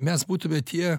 mes būtume tie